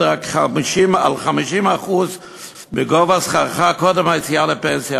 רק על 50% מגובה שכרך קודם היציאה לפנסיה,